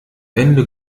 ende